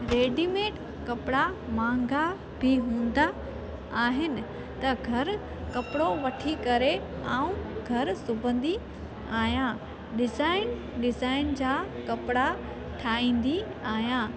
readymade कपिड़ा महांगा बि हूंदा आहिनि त घरु कपिड़ो वठी करे ऐं घरु सुबंंदी आहियां डिज़ाइन डिज़ाइन जा कपिड़ा ठाहींदी आहियां